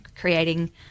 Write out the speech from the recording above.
creating